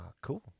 cool